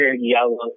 yellow